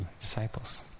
disciples